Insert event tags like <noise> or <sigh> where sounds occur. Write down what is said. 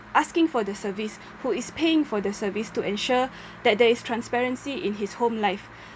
asking for the service who is paying for the service to ensure <breath> that there is transparency in his home life <breath>